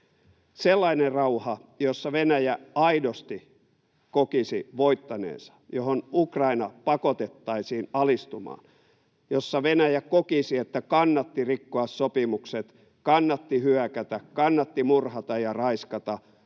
Sellainen rauha, jossa Venäjä aidosti kokisi voittaneensa, johon Ukraina pakotettaisiin alistumaan, jossa Venäjä kokisi, että kannatti rikkoa sopimukset, kannatti hyökätä, kannatti murhata ja raiskata,